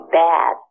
bad